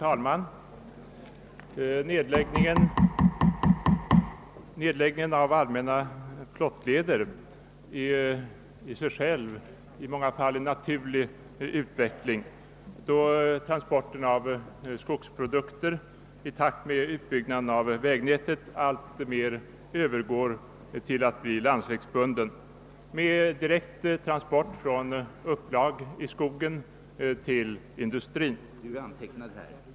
Herr talman! Nedläggningen av allmänna flottleder är i sig själv i många fall en naturlig utveckling, då transporten av skogsprodukter i takt med utbyggnaden av vägnätet alltmer övergår till att bli landsvägsbunden med direkt transport från upplag i skogen till industrin.